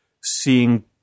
seeing